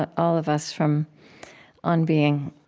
but all of us from on being,